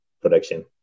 production